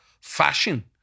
fashion